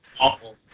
Awful